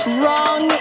wrong